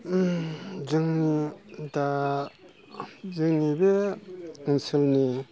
जों दा जोंनि बे ओनसोलनि